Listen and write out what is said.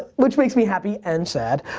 which makes me happy and sad.